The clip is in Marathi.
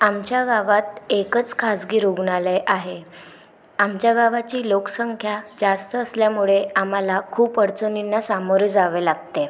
आमच्या गावात एकच खाजगी रुग्णालय आहे आमच्या गावाची लोकसंख्या जास्त असल्यामुळे आम्हाला खूप अडचणींना सामोरे जावे लागते